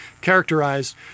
characterized